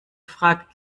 fragt